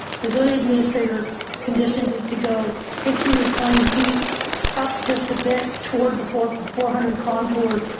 there's only administrator conditioned to go fifteen or twenty feet up, just a bit toward the fourth four hundred contour,